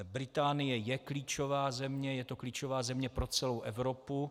Británie je klíčová země, je to klíčová země pro celou Evropu.